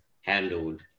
handled